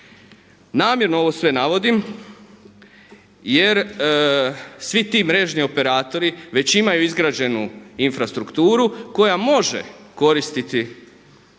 Namjerno ovo sve navodim jer svi ti mrežni operatori već imaju izgrađenu infrastrukturu koja može koristiti i operatoru